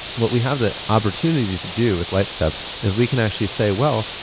what we have that opportunity to do with lightstep is we can actually say, well,